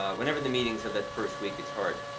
whenever the meetings of that first week, it's hard.